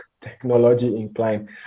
technology-inclined